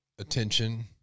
attention